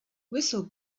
whistle